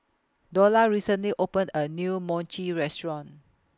Dola recently opened A New Mochi Restaurant